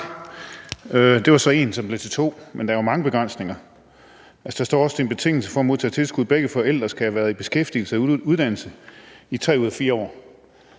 Det var så en, som blev til to, men der er jo mange begrænsninger. Der står også, det er en betingelse for at modtage tilskud, at begge forældre skal have været i beskæftigelse eller under uddannelse i 3 ud af 4 år.